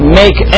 make